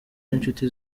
n’inshuti